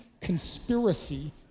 conspiracy